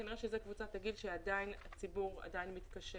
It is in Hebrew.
כנראה שזאת קבוצת הגיל שעדיין הציבור מתקשה